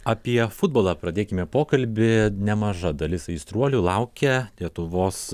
apie futbolą pradėkime pokalbį nemaža dalis aistruolių laukia lietuvos